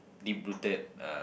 deep-rooted uh